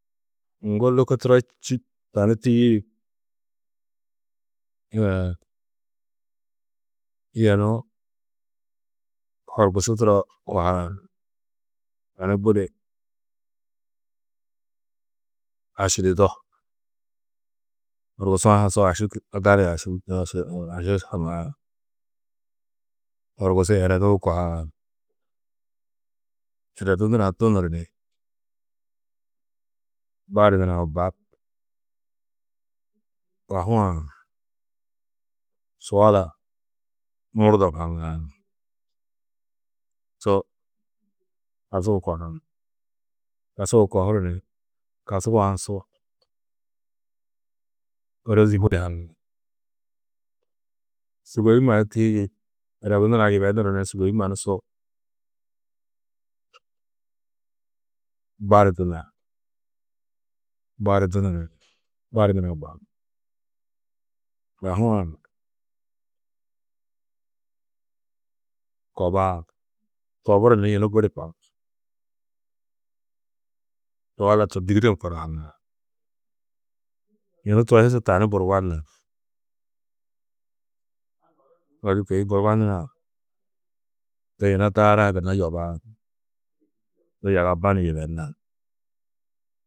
Ŋgo lôko turo čî tani tîyiidi yunu horgusu turo kohaar. Tani budi ašidido. Horgusu-ã ha su aši gali aši aši haŋaar. Horgusu ereduu kohaar. Eredu nurã dunuru ni bari nurã bap. Bahuã suala murdom haŋaar. Su kasugu kohaar, kasugu kohuru ni kasugu-ã su ôrozi budi haŋ. Sûgoi mannu tîyiidi, eredu nurã yibenuru ni sûgoi mannu su bari dunar. Bari dunuru ni bari nurã bap. Bahuã kobaar, koburu ni yunu budi bap, suala to dîgidem kor haŋaar. Yunu to hi su tani burwanar. Odu kôi burwanurã de yina daarã gunna yobaar. Du yagaba ni yibenar.